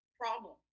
problem